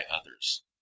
others